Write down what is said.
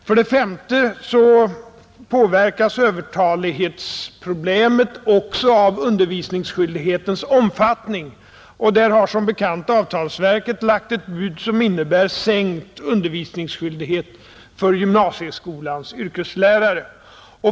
För det femte påverkas övertalighetsproblemet också av undervisningsskyldighetens omfattning, och där har avtalsverket som bekant lagt ett bud som innebär sänkt undervisningsskyldighet för gymnasieskolans yrkeslärare.